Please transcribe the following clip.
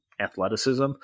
athleticism